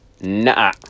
Nah